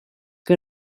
que